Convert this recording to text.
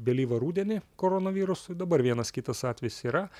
vėlyvą rudenį koronavirusu ir dabar vienas kitas atvejis yra